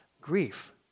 grief